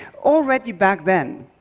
already back then,